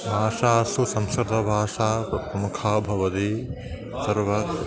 भाषासु संस्कृतभाषा प्रमुखा भवति सर्वे